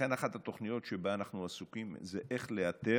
לכן אחת התוכניות שבה אנחנו עסוקים היא איך לאתר,